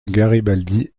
garibaldi